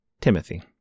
Timothy